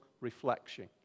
reflection